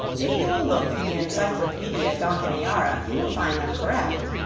if you will look in the encyclopedia donkaniara you will find i'm correct.